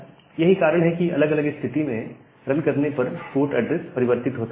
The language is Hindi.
यही कारण है कि अलग अलग स्थिति में रन करने पर पोर्ट ऐड्रेस परिवर्तित होता रहता है